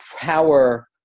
power